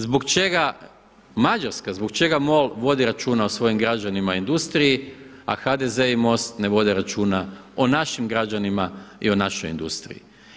Zbog čega Mađarska, zbog čega MOL vodi računa o svojim građanima i industriji, a HDZ i MOST ne vode računa o našim građanima i o našoj industriji?